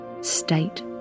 State